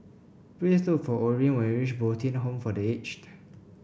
please look for Orene when you reach Bo Tien Home for The Aged